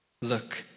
Look